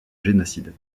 génocide